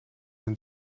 een